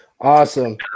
awesome